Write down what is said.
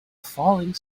falling